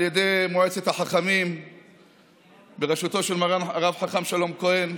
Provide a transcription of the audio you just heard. על ידי מועצת החכמים בראשותו של מרן הרב החכם שלום כהן,